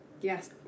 Yes